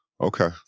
Okay